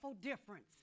difference